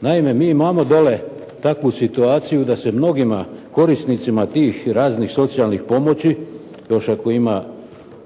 Naime, mi imamo dolje takvu situaciju da se mnogima korisnicima tih raznih socijalnih pomoći, još ako ima